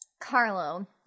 Carlo